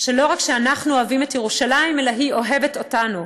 שלא רק שאנחנו אוהבים את ירושלים אלא היא אוהבת אותנו,